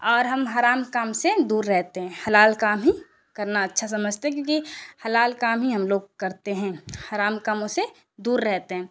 اور ہم حرام کام سے دور رہتے ہیں حلال کام ہی کرنا اچھا سمجھتے ہیں کیونکہ حلال کام ہی ہم لوگ کرتے ہیں حرام کاموں سے دور رہتے ہیں